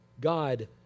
God